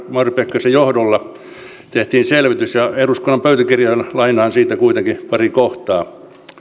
mauri pekkarisen johdolla tehtiin selvitys ja eduskunnan pöytäkirjoihin lainaan siitä pari kohtaa